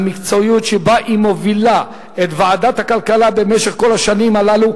למקצועיות שבה היא מובילה את ועדת הכלכלה במשך כל השנים הללו.